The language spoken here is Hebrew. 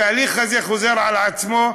התהליך הזה חוזר על עצמו.